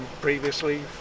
previously